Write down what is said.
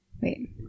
wait